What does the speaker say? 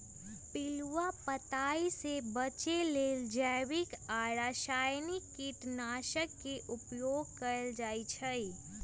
पिलुआ पताइ से बचे लेल जैविक आ रसायनिक कीटनाशक के उपयोग कएल जाइ छै